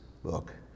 book